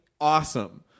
awesome